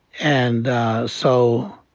and so